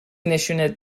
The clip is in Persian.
نشونت